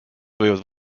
võivad